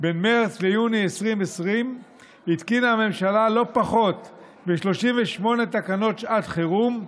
בין מרץ ליוני 2020 התקינה הממשלה לא פחות מ-38 תקנות שעת חירום,